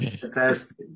Fantastic